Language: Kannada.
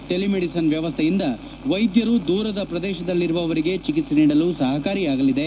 ಟೆಲಿ ಮೆಡಿಸನ್ ವ್ಯವಸ್ಥೆಯಿಂದ ವೈದ್ಯರು ದೂರದ ಪ್ರದೇಶಗಳಲ್ಲಿರುವವರಿಗೆ ಚಿಕಿತ್ಸೆ ನೀಡಲು ಸಹಕಾರಿಯಾಗಲಿದೆ